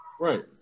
Right